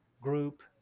group